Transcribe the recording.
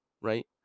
right